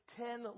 ten